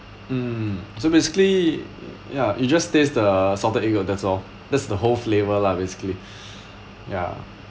mm so basically ya it just taste the salted egg yolk that's all that's the whole flavour lah basically ya